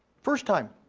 first time.